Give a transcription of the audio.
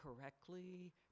correctly